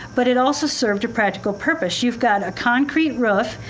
but it also served a practical purpose. you've got a concrete roof,